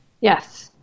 Yes